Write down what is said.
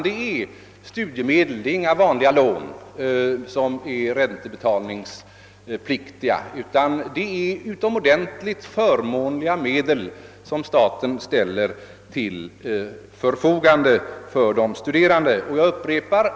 Det är studiemedel, inga vanliga lån som är förbundna med räntebetalning. Studiemedlen är utomordentligt förmånliga pengar som staten ställer till de studerandes förfogande.